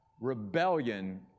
Rebellion